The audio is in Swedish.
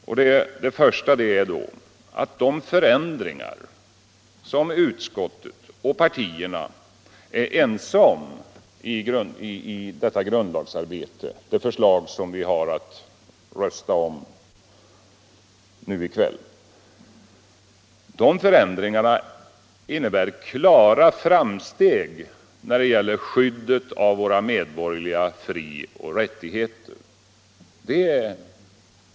Det första som jag tycker är viktigt att påpeka är, att de förändringar som utskottet och partierna är ense om i det förslag som vi har att rösta om i kväll innebär klara framsteg när det gäller skyddet av våra medborgerliga frioch rättigheter.